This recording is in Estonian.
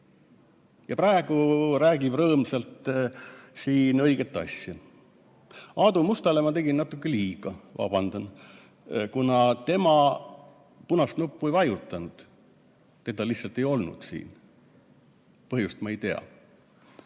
ja praegu räägib rõõmsalt siin õiget asja. Aadu Mustale ma tegin natuke liiga, vabandan, kuna tema punast nuppu ei vajutanud. Teda lihtsalt ei olnud siin. Põhjust ma ei tea.